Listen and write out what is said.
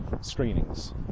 screenings